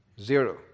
zero